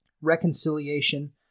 reconciliation